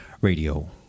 Radio